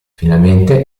finalmente